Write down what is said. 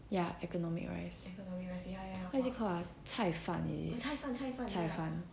ya economic rice what is it called ah 菜饭 is it 菜饭